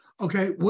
Okay